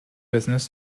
business